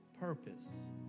purpose